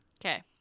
Okay